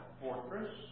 fortress